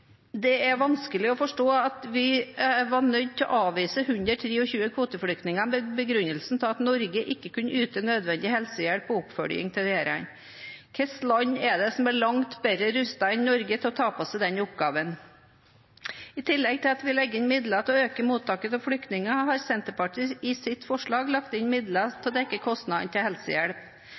Det er vanskelig å forstå at vi var nødt til å avvise 123 kvoteflyktninger med den begrunnelsen at Norge ikke kunne yte nødvendig helsehjelp og oppfølging til disse. Hvilket land er det som er langt bedre rustet enn Norge til å ta på seg den oppgaven? I tillegg til at vi legger inn midler til å øke mottaket av flyktninger, har Senterpartiet i sitt forslag lagt inn midler til å dekke kostnadene til helsehjelp.